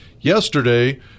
Yesterday